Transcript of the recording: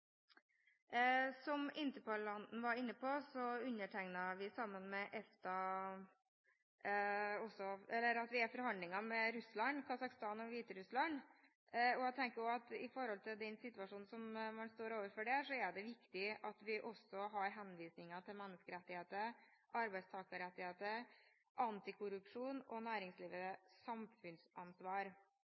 Som interpellanten var inne på, er EFTA i forhandlinger med Russland, Kasakhstan og Hviterussland, og i den situasjonen man står overfor der, er det viktig at vi også har henvisninger til menneskerettigheter, arbeidstakerrettigheter, antikorrupsjon og næringslivets samfunnsansvar.